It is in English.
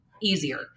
easier